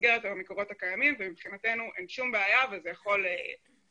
במסגרת המקורות הקיימים ומבחינתנו אין שום בעיה וזה יכול להיות